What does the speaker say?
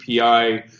API